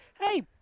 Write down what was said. Hey